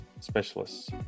specialists